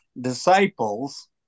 disciples